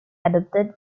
adopted